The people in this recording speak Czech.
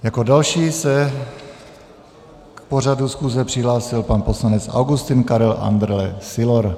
Jako další se k pořadu schůze přihlásil pan poslanec Augustin Karel Andrle Sylor.